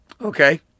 okay